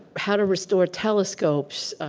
how to restore telescopes,